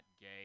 gay